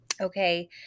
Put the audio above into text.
Okay